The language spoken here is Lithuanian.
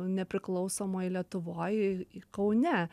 nepriklausomoj lietuvoj kaune